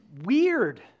weird